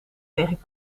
tegen